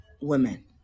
women